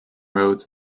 roads